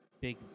big